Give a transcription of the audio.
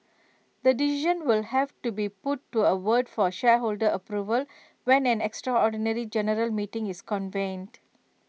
the decision will have to be put to A vote for shareholder approval when an extraordinary general meeting is convened